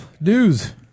news